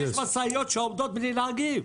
יש משאיות שעובדות בלי נהגים.